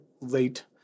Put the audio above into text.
late